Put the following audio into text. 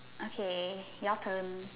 okay your turn